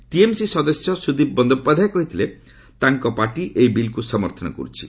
TMC ସଦସ୍ୟ ସୁଦୀପ ବନ୍ଦୋପାଧ୍ୟାୟ କହିଥିଲେ ତାଙ୍କ ପାର୍ଟି ଏହି ବିଲ୍କୁ ସମର୍ଥନ କରୁଛି